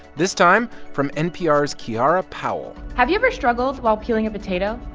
this time from npr's kiara powell have you ever struggled while peeling a potato?